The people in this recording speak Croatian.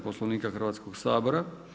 Poslovnika Hrvatskog sabora.